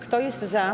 Kto jest za?